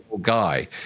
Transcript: guy